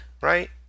right